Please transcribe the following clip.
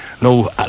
no